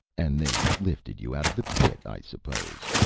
and they lifted you out of the pit, i suppose?